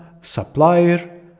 supplier